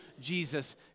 Jesus